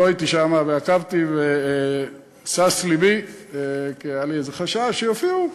לא הייתי שם ועקבתי ושש לבי כי היה לי איזה חשש שיופיעו,